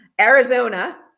Arizona